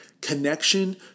Connection